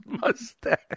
mustache